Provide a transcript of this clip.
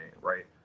Right